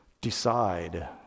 decide